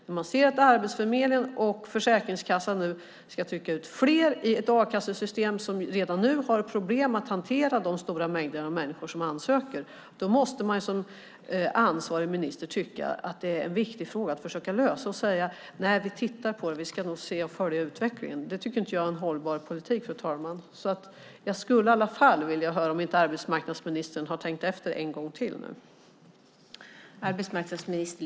När man ser att Arbetsförmedlingen och Försäkringskassan nu ska trycka ut fler i ett a-kassesystem som redan har problem att hantera de stora mängderna människor som ansöker, då måste ansvarig minister tycka att det är en viktig fråga att försöka lösa. Men han säger: Vi tittar på det och ska följa utvecklingen. Det tycker inte jag är en hållbar politik, fru talman, så jag skulle i alla fall vilja höra om inte arbetsmarknadsministern har tänkt efter en gång till.